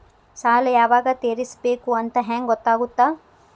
ಸಾಲ ಯಾವಾಗ ತೇರಿಸಬೇಕು ಅಂತ ಹೆಂಗ್ ಗೊತ್ತಾಗುತ್ತಾ?